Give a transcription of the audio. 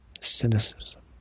cynicism